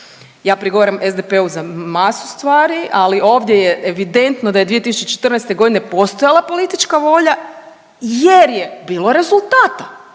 ja prigovaram SDP-u za masu stvari, ali ovdje je evidentno da je 2014. godine postojala politička volja jer je bilo rezultata,